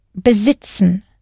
besitzen